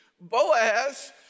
Boaz